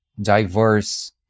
diverse